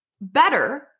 better